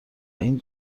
این